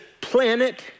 planet